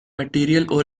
material